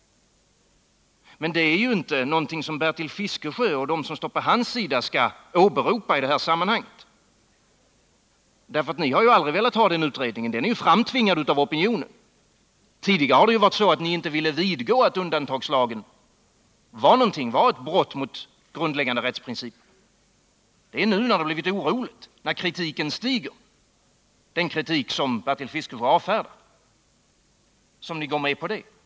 Denna utredning är inte någonting som Bertil Fiskesjö och de som står på hans sida skall åberopa i det här sammanhanget. Ni har ju aldrig velat ha denna utredning — den är framtvingad av opinionen. Tidigare har ni inte velat vidgå att undantagslagen var ett brott mot grundläggande rättsprinciper. Det är först nu, när det blivit oroligt och när den kritik som Bertil Fiskesjö avfärdar stiger, som ni går med på en sådan utredning.